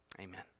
amen